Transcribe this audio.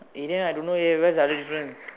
eh then I don't know eh where's the other difference